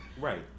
right